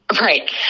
right